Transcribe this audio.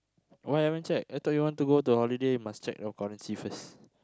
why haven't check I thought you want to go to a holiday must check your currency first